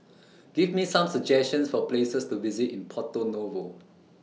Give Me Some suggestions For Places to visit in Porto Novo